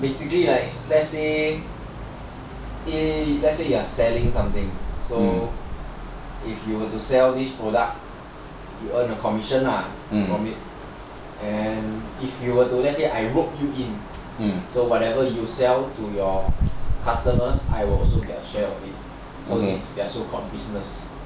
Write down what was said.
basically like let's say you are selling something so if you were to sell this product to earn a commission lah from it so let's say I rope you in so whatever you sell to your customers I will also get a share of it so it's their so called business